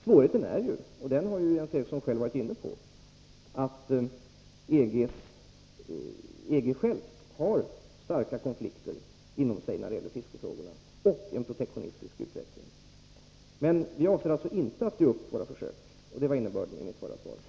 Svårigheten är — som Jens Eriksson själv har varit inne på — att det inom EG finns starka konflikter när det gäller fiskefrågorna och att det där pågår en protektionistisk utveckling. Vi avser inte att ge upp våra försök. Det var innebörden av mitt förra svar.